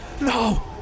no